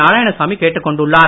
நாராயணசாமி கேட்டுக் கொண்டுள்ளார்